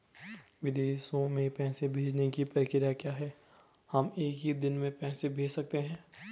विदेशों में पैसे भेजने की प्रक्रिया क्या है हम एक ही दिन में पैसे भेज सकते हैं?